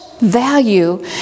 Value